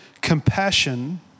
Compassion